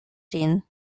ĝin